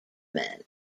men